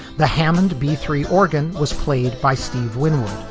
the hammond b three organ was played by steve winwood,